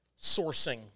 sourcing